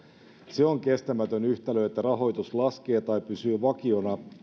se on kestämätön yhtälö että rahoitus laskee tai pysyy vakiona